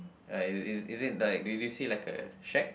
right is is it right did you see like a shack